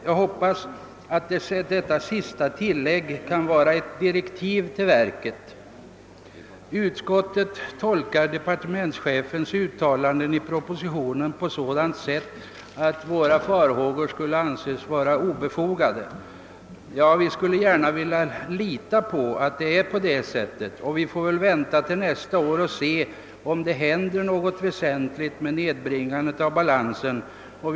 Jag hoppas att detta sista skall uppfattas som ett direktiv till verket. Utskottet tolkar departementschefens uttalande i propositionen på sådant sätt att våra farhågor skulle kunna anses obefogade. Vi skulle gärna vilja tro att detta är fallet, och vi får väl nu vänta till nästa år och se om det händer något väsentligt när det gäller nedbringandet av balansen av oavgjorda ärenden.